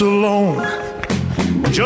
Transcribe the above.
alone